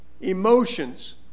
Emotions